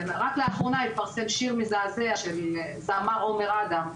רק לאחרונה התפרסם שיר מזעזע של הזמר עומר אדם,